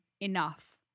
enough